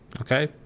okay